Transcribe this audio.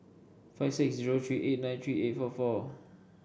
five six zero three eight nine three eight four four